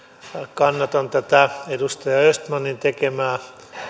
kannatan tätä edustaja östmanin tekemää